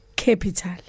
Capital